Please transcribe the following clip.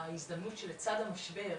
ההזדמנות שלצד המשבר,